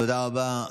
תודה רבה.